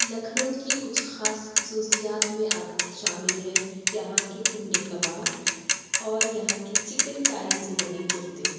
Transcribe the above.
لکھنؤ کی کچھ خاص خصوصیات میں آپ شامل ہیں یہاں کے ٹنڈے کباب اور یہاں کی چکن کاری سے بنے کُرتے